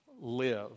live